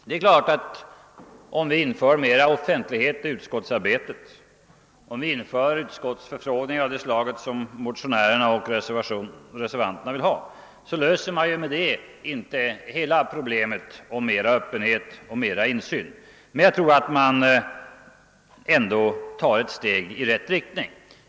Det är klart att om vi inför mera offentlighet i utskottsarbetet, utskottsutfrågningar av det slag som motionärerna och reservanterna vill ha, löser vi därmed inte hela problemet om mera öppenhet och vidgad insyn, men jag tror att vi ändå tar ett steg i rätt riktning.